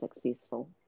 successful